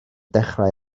dechrau